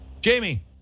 Jamie